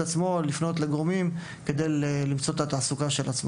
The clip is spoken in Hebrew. עצמו ולפנות לגורמים כדי למצוא תעסוקה.